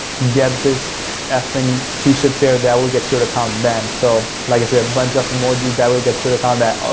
get this effing t-shirts here, that will get your account banned. so, like i said, bunch of emojis that will get your account banned.